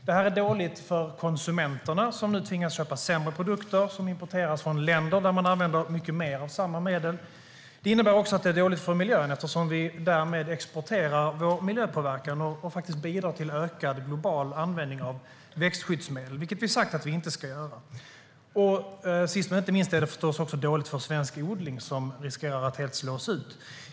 Det är dåligt för konsumenterna som nu tvingas köpa sämre produkter som importeras från länder där man använder mycket mer av samma medel. Det innebär också att det är dåligt för miljön eftersom vi därmed exporterar vår miljöpåverkan och bidrar till ökad global användning av växtskyddsmedel, vilket vi sagt att vi inte ska göra. Sist men inte minst är det också dåligt för svensk odling som riskerar att helt slås ut.